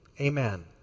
Amen